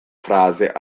frase